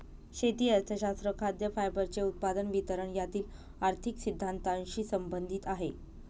शेती अर्थशास्त्र खाद्य, फायबरचे उत्पादन, वितरण यातील आर्थिक सिद्धांतानशी संबंधित आहे